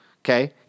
Okay